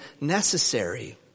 necessary